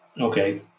Okay